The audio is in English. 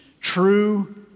true